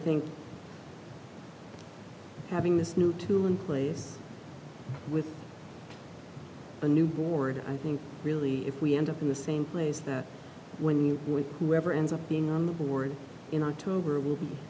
think having this new tool in place with a new board i think really if we end up in the same place when you with whoever ends up being on the board in october will be